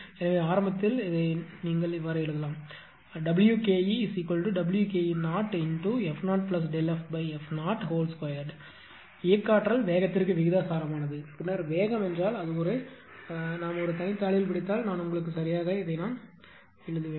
எனவே ஆரம்பத்தில் இதை இவ்வாறு எழுதலாம் WkeWke0f0Δff02 இயக்க ஆற்றல் வேகத்திற்கு விகிதாசாரமானது பின்னர் வேகம் என்றால் அது ஒரு தனி தாளில் பிடித்தால் நான் உங்களுக்காக சரியாக எழுதுகிறேன்